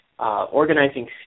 Organizing